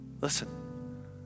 listen